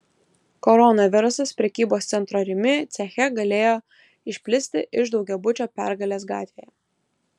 koronavirusas prekybos centro rimi ceche galėjo išplisti iš daugiabučio pergalės gatvėje